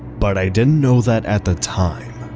but i didn't know that at the time.